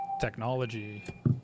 technology